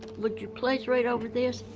would you place right over this